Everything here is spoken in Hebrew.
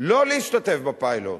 לא להשתתף בפיילוט.